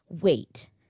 wait